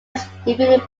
defeated